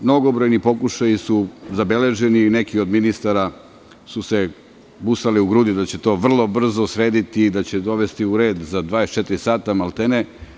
Mnogobrojni pokušaji su zabeleženi i neki od ministara su se busali u grudi da će to vrlo brzo srediti i da će dovesti u red za 24 sata maltene.